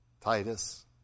Titus